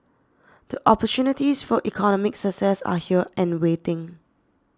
the opportunities for economic success are here and waiting